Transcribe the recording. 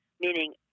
Meaning